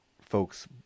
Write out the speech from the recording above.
folks